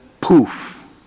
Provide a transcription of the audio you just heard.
poof